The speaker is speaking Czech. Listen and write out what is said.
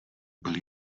byl